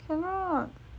cannot